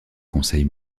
conseil